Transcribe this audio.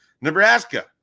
Nebraska